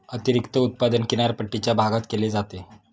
अतिरिक्त उत्पादन किनारपट्टीच्या भागात केले जाते